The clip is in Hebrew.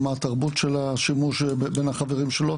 מה תרבות השימוש עם החברים שלו.